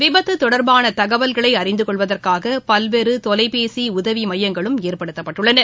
விபத்துதொடர்பானதகவல்களைஅறிந்துகொள்வதற்காகபல்வேறுதொலைபேசிஉதவிமையங்களும் ஏற்படுத்தப்பட்டுள்ளன